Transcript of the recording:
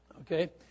okay